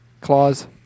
Claws